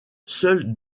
seules